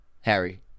Harry